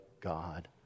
God